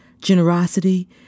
generosity